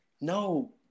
No